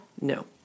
No